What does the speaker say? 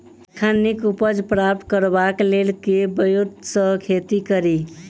एखन नीक उपज प्राप्त करबाक लेल केँ ब्योंत सऽ खेती कड़ी?